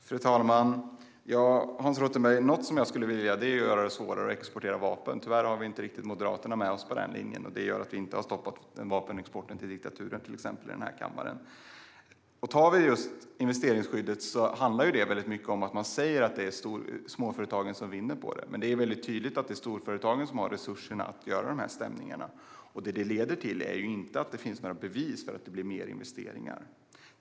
Fru talman! Om det är något som jag skulle vilja, Hans Rothenberg, är det att göra det svårare att exportera vapen. Tyvärr har vi inte riktigt Moderaterna med oss på den linjen, och det gör att vi här i kammaren inte har stoppat till exempel vapenexporten till diktaturer. Investeringsskyddet handlar mycket om att man säger att det är småföretagen som vinner på det, men det väldigt tydligt att det är storföretagen som har resurser till sådana stämningar. Det finns inga bevis för att det leder till fler investeringar.